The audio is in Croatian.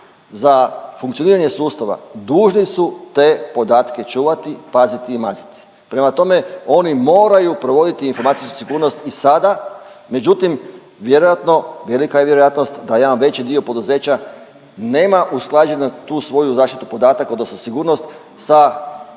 za funkcioniranje sustava dužni su te podatke čuvati, paziti i maziti, prema tome, oni moraju provoditi informacijsku sigurnost i sada. Međutim, vjerojatno velika je vjerojatnost da jedan veći dio poduzeća nema usklađenu tu svoju zaštitu podataka odnosno sigurnost sa